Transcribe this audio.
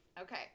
Okay